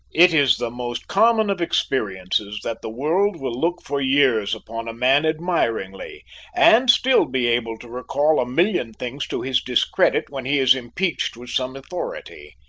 it is the most common of experiences that the world will look for years upon a man admiringly and still be able to recall a million things to his discredit when he is impeached with some authority.